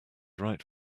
right